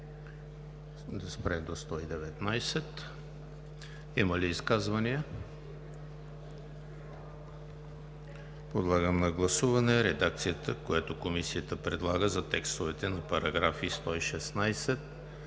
Благодаря. Има ли изказвания? Подлагам на гласуване редакцията, която Комисията предлага за текстовете на параграфи 116,